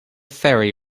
ferry